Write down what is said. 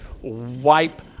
wipe